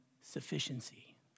sufficiency